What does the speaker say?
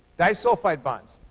disulfide bonds.